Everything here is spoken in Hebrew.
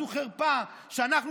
זו חרפה שאנחנו,